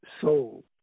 Soul